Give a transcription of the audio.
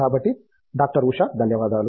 కాబట్టి డాక్టర్ ఉషా ధన్యవాదాలు